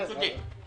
אתה צודק.